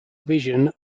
vision